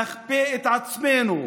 נכפה את עצמנו.